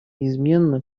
неизменно